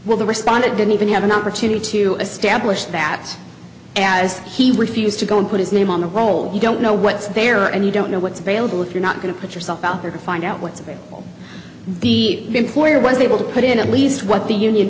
well the respondent didn't even have an opportunity to establish that as he refused to go and put his name on the roll you don't know what's there and you don't know what's available if you're not going to put yourself out there to find out what's the employer was able to put in at least what the union